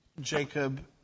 Jacob